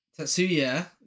Tatsuya